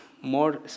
more